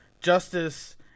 justice